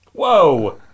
Whoa